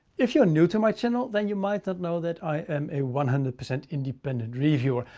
if you're new to my channel then you might not know that i am a one hundred percent independent reviewer.